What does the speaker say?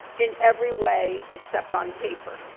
in every way except on paper.